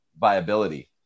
viability